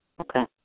Okay